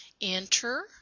enter